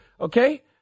okay